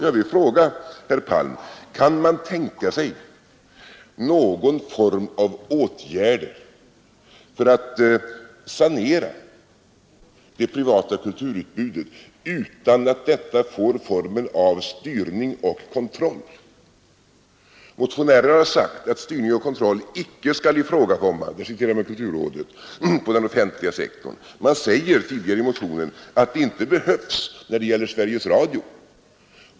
Jag vill fråga herr Palm: Kan man tänka sig någon form av åtgärder för att sanera det privata kulturutbudet utan att detta får formen av styrning och kontroll? Motionärerna har sagt att styrning och kontroll icke skall ifrågakomma — där citerar man kulturrådet — på den offentliga sektorn. Och man säger tidigare i motionen att det inte behövs när det gäller Sveriges Radio.